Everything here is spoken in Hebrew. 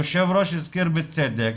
היושב ראש הזכיר בצדק,